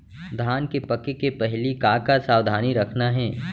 धान के पके के पहिली का का सावधानी रखना हे?